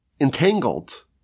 entangled